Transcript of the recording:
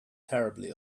terribly